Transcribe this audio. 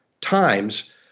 Times